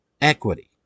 equity